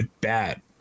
bad